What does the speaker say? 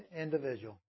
individual